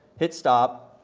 hit stop